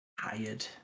tired